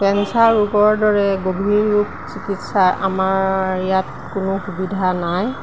cancer ৰোগৰ দৰে গভীৰ ৰোগ চিকিৎসা আমাৰ ইয়াত কোনো সুবিধা নাই